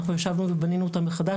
אנחנו ישבנו ובנינו אותה מחדש,